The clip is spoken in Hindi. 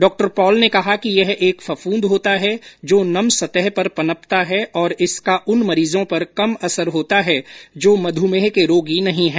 डॉक्टर पॉल ने कहा कि यह एक फफूंद होता है जो नम सतह पर पनपता है और इसका उन मरीजों पर कम असर होता है जो मधुमेह के रोगी नहीं है